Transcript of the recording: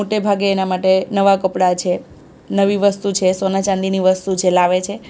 મોટે ભાગે એના માટે નવાં કપડાં છે નવી વસ્તુ છે સોના ચાંદીની વસ્તુ છે લાવે છે